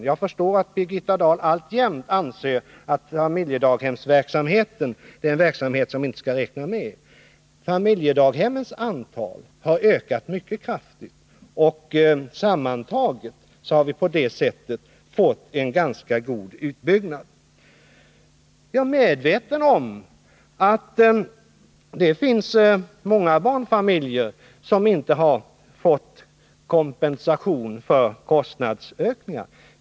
Jag förstår att hon alltjämt anser att den verksamheten är någonting som vi inte skall räkna med. Familjedaghemmens antal har ökat mycket kraftigt, och sammantaget har vi på det sättet fått en ganska god utbyggnad. Jag är medveten om att det finns många barnfamiljer som inte har fått kompensation för kostnadsökningar.